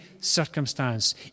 circumstance